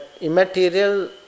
immaterial